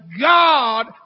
God